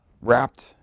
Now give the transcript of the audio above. wrapped